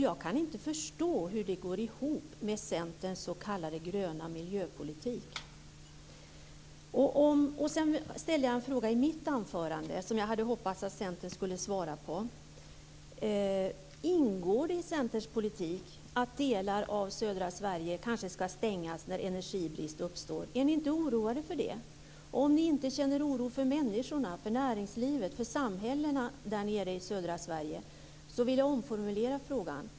Jag kan inte förstå hur detta går ihop med Centerns s.k. gröna miljöpolitik. Jag ställde en fråga i mitt anförande som jag hade hoppats att Centern skulle svara på: Ingår det i Centerns politik att delar av södra Sverige kanske ska stängas när energibrist uppstår? Är ni inte oroade för det? Om ni inte känner oro för människorna, för näringslivet och för samhällena där nere i södra Sverige så vill jag omformulera frågan.